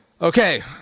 okay